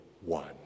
one